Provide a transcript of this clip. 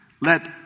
let